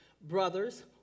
Brothers